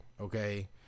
Okay